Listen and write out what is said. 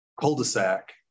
cul-de-sac